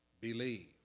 believe